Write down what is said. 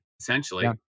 essentially